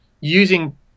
using